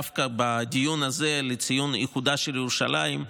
דווקא בדיון הזה לציון איחודה של ירושלים: